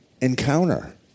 encounter